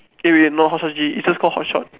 eh wait not hotshotgg is just call hotshot